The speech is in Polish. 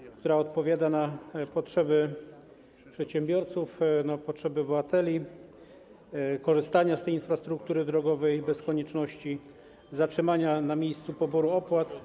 Zmiana ta odpowiada na potrzeby przedsiębiorców, na potrzeby obywateli, jeśli chodzi o korzystanie z tej infrastruktury drogowej bez konieczności zatrzymania na miejscu poboru opłat.